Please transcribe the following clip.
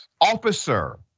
Officer